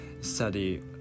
study